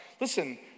listen